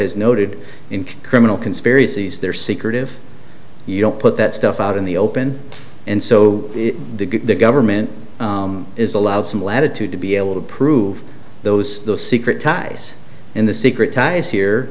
has noted in criminal conspiracies they're secretive you don't put that stuff out in the open and so the government is allowed some latitude to be able to prove those the secret ties in the secret ties here